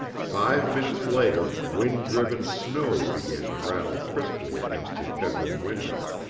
five minutes later wind-driven snow began to rattle crisply against his bedroom window.